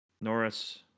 Norris